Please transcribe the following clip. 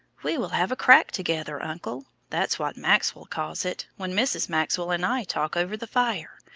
we will have a crack together, uncle. that's what maxwell calls it, when mrs. maxwell and i talk over the fire.